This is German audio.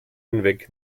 hinweg